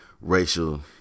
racial